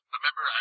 remember